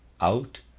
out